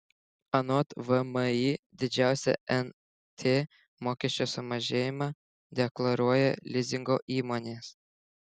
anot vmi didžiausią nt mokesčio sumažėjimą deklaruoja lizingo įmonės